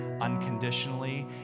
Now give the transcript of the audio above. unconditionally